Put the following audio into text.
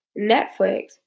Netflix